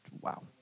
Wow